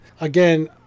again